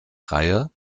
reihe